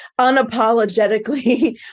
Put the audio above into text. unapologetically